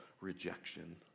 rejection